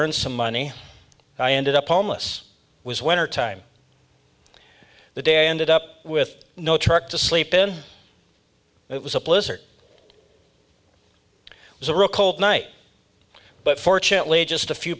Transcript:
earn some money i ended up homeless was wintertime the day ended up with no truck to sleep in it was a blizzard was a real cold night but fortunately just a few